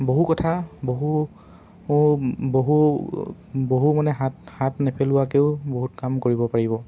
বহু কথা বহু বহু বহু মানে হাত হাত নেপেলোৱাকৈয়ো বহুত কাম কৰিব পাৰিব